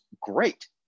great